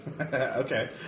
Okay